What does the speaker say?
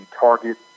target